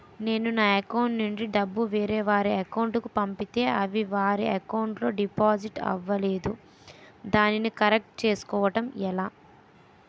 నేను నా అకౌంట్ నుండి డబ్బు వేరే వారి అకౌంట్ కు పంపితే అవి వారి అకౌంట్ లొ డిపాజిట్ అవలేదు దానిని కరెక్ట్ చేసుకోవడం ఎలా?